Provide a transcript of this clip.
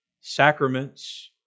sacraments